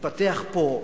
התפתח פה,